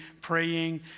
praying